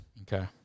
Okay